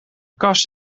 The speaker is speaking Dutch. kast